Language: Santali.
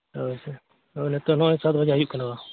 ᱦᱳᱭ ᱛᱚ ᱦᱳᱭ ᱱᱤᱛᱳᱝ ᱫᱚ ᱥᱟᱛ ᱵᱟᱡᱟᱣ ᱦᱤᱡᱩᱜ ᱠᱟᱱᱟ